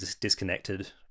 disconnected